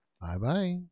Bye-bye